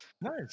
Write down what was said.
nice